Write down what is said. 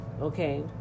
okay